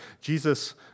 Jesus